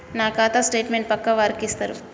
నా ఖాతా స్టేట్మెంట్ పక్కా వారికి ఇస్తరా?